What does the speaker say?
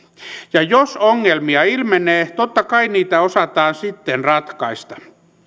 ja jos ongelmia ilmenee totta kai niitä osataan sitten ratkaista